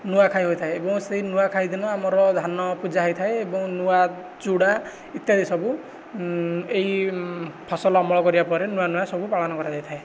ନୂଆ ଖାଇ ହୋଇଥାଏ ଏବଂ ସେଇ ନୂଆ ଖାଇ ଦିନ ଆମର ଧାନ ପୂଜା ହେଇଥାଏ ଏବଂ ନୂଆ ଚୁଡ଼ା ଇତ୍ୟାଦି ସବୁ ଏହି ଫସଲ ଅମଳ କରିବା ପରେ ନୂଆ ନୂଆ ସବୁ ପାଳନ କରାଯାଇ ଥାଏ